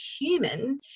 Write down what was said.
human